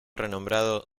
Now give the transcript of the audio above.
renombrado